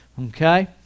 okay